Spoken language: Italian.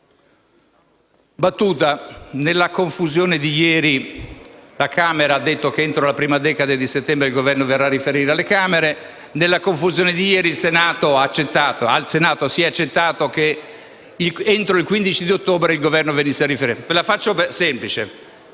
battuta. Nella confusione di ieri, la Camera ha detto che entro la prima decade di settembre il Governo verrà a riferire alle Camere; nella confusione di ieri, al Senato si è accettato che entro il 15 ottobre il Governo venisse a riferire. La faccio semplice